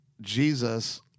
Jesus